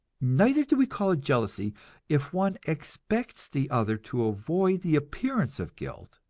neither do we call it jealousy if one expects the other to avoid the appearance of guilt